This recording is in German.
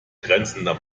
grenzender